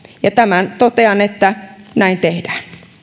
ja tämän totean että näin tehdään